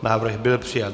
Návrh byl přijat.